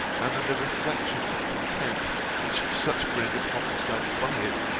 and then the reflection and contempt which such bring upon themselves by it,